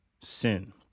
sin